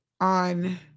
on